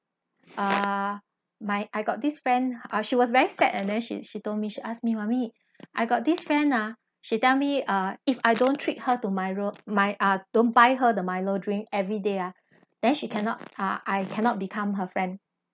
uh my I got this friend she was very sad then she she told me she asked me mummy I got this friend ah she tell me uh if I don't treat her to milo my uh don't buy her the milo drink everyday ah then she cannot uh I cannot become her friend